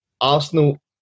Arsenal